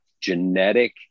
genetic